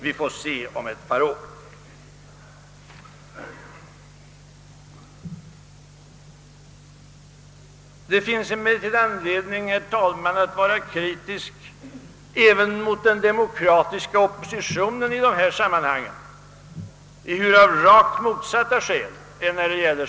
Vi får se om ett par år.» Det finns emellertid anledning, herr talman, att vara kritisk även mot den demokratiska oppositionen i dessa sammanhang — ehuru av rakt motsatta skäl.